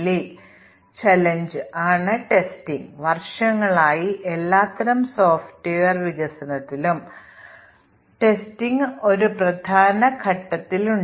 ഒരു ഇന്റീജർ മൂല്യം ഉപയോഗിച്ച് ഫംഗ്ഷനെ വിളിക്കാൻ കരുതുക പക്ഷേ ഇത് ഒരു ഫ്ലോട്ടിംഗ് പോയിന്റ് മൂല്യം അല്ലെങ്കിൽ ഒരു സ്ട്രിംഗ് ഉപയോഗിച്ച് വിളിക്കുന്നു അത് ഒരു ക്യാരക്റ്ററും മറ്റും പാസ് ചെയ്യുന്നു